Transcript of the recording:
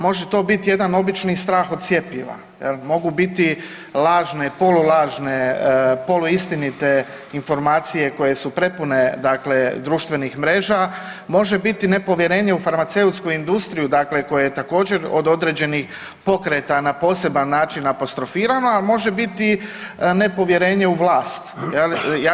Može to bit jedan obični strah od cjepiva jel, mogu biti lažne, polulažne, poluistinite informacije koje su prepune dakle društvenih mreža, može biti nepovjerenje u farmaceutsku industriju, dakle koje je također od određenih pokreta na poseban način apostrofirano, a može biti nepovjerenje u vlast jel.